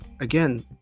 again